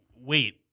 wait